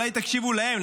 אולי תקשיבו להם,